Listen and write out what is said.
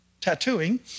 tattooing